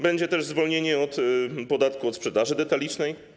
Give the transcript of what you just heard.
Będzie też zwolnienie od podatku od sprzedaży detalicznej.